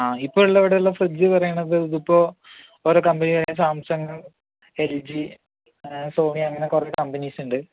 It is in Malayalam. ആ ഇപ്പോൾ ഉള്ള ഇവിടെയുള്ള ഫ്രിഡ്ജ് എന്ന് പറയണത് ഇതിപ്പോൾ ഓരോ കമ്പനികളുടെ സാംസങ് എൽജി സോണി അങ്ങനെ കുറെ കമ്പനീസുണ്ട്